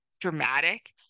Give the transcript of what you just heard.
dramatic